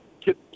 kid